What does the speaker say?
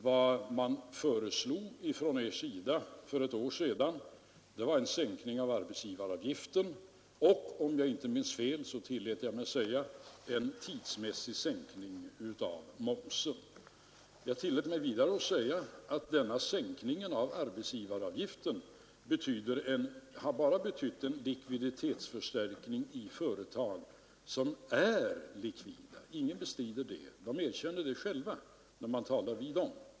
Vad man från er sida föreslog för ett år sedan var en sänkning av arbetsgivaravgiften, och om jag inte minns fel så tillät jag mig säga en tidsmässig sänkning av momsen. Jag tillät mig vidare att säga att denna lerande åtgärder sänkning av arbetsgivaravgiften hade bara betytt en likviditetsförstärkning i företag som är likvida. Ingen bestrider det. Företagarna erkänner det själva när man talar med dem.